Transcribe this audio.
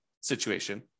situation